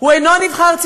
מליאה יקרה,